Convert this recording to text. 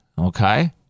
okay